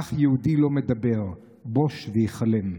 כך יהודי לא מדבר, בוש והיכלם.